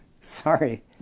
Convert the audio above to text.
sorry